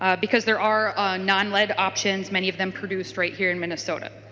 ah because there are nonlead options many of them produce right here in minnesota.